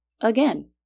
again